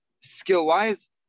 skill-wise